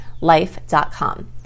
life.com